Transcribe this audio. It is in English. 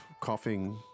coughing